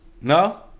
No